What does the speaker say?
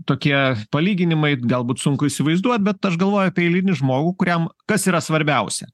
tokie palyginimai galbūt sunku įsivaizduot bet aš galvoju apie eilinį žmogų kuriam kas yra svarbiausia